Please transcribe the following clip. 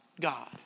God